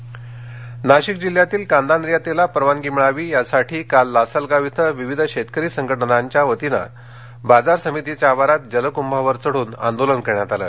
कांदा आंदोलन नाशिक नाशिक जिल्ह्यातील कांदा निर्यातीला परवानगी मिळावी यासाठी काल लासलगाव येथे विविध शेतकरी संघटनांच्या वतीने बाजार समितीच्या आवारात जलकुंभावर चढून आंदोलन करण्यात आल